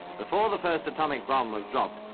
before the first atomic bomb was dropped,